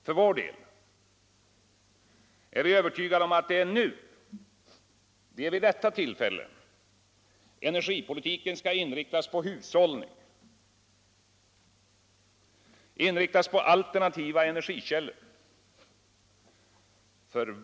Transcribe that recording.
För vår del är vi övertygade om att det är nu, vid detta tillfälle, som energipolitiken skall inriktas på hushållning och på alternativa energikällor.